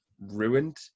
ruined